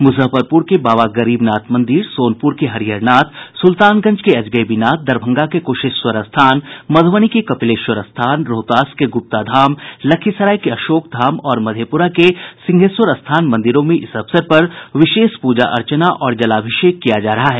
मुजफ्फरपुर के बाबा गरीबनाथ मंदिर सोनपुर के हरिहरनाथ सुल्तानगंज के अजगैबीनाथ दरभंगा के कुशेश्वर स्थान मधुबनी के कपिलेश्वर स्थान रोहतास के गुप्ताधाम लखीसराय के अशोकधाम और मधेपुरा के सिंहेश्वर स्थान मंदिरों में इस अवसर पर विशेष पूजा अर्चना और जलाभिषेक किया जा रहा है